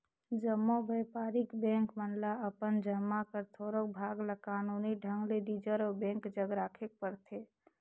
जम्मो बयपारिक बेंक मन ल अपन जमा कर थोरोक भाग ल कानूनी ढंग ले रिजर्व बेंक जग राखेक परथे